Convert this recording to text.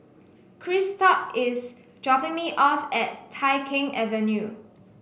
Christop is dropping me off at Tai Keng Avenue